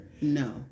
no